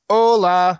Hola